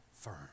firm